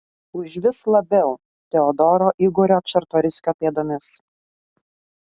užvis labiau teodoro igorio čartoriskio pėdomis